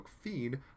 feed